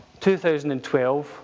2012